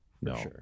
no